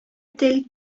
тел